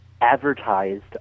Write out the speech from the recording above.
advertised